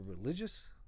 religious